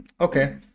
okay